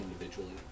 individually